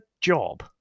job